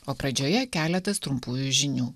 o pradžioje keletas trumpųjų žinių